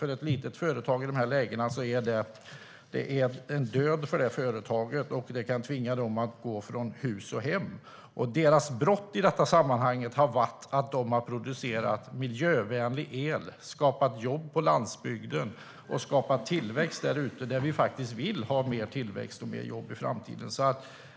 För småföretagare i de lägena innebär det döden. Det kan tvinga dem att gå från hus och hem. Deras brott i sammanhanget har varit att de har producerat miljövänlig el, skapat jobb på landsbygden och skapat tillväxt där vi vill ha mer tillväxt och fler jobb i framtiden.